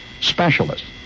specialists